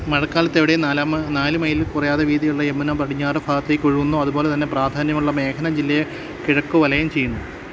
മഴക്കാലത്തെവിടെയും നാല് മൈലിൽ കുറയാതെ വീതിയുള്ള യമുന പടിഞ്ഞാറ് ഭാഗത്തേക്ക് ഒഴുകുന്നു അതുപോലെ തന്നെ പ്രാധാന്യമുള്ള മേഘ്ന ജില്ലയെ കിഴക്ക് വലയം ചെയ്യുന്നു